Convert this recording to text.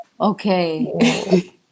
Okay